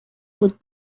بود